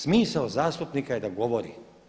Smisao zastupnika je da govori.